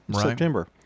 September